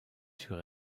sur